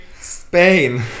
Spain